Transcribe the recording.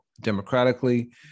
democratically